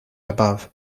above